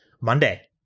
Monday